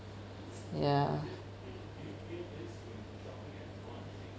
ya